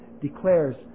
declares